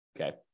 Okay